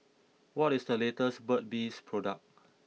what is the latest Burt's bee product